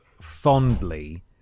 fondly